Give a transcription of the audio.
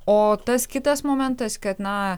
o tas kitas momentas kad na